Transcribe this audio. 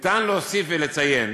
ניתן להוסיף ולציין